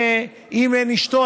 אם אין אשתו,